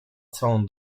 całą